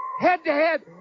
head-to-head